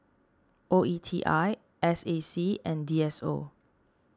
O E T I S A C and D S O